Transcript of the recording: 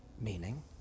meaning